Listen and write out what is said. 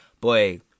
boy